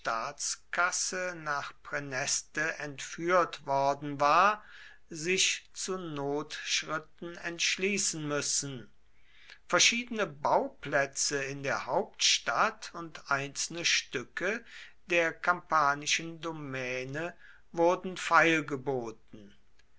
staatskasse nach praeneste entführt worden war sich zu notschritten entschließen müssen verschiedene bauplätze in der hauptstadt und einzelne stücke der kampanischen domäne wurden feilgeboten